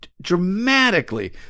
dramatically